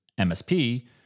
MSP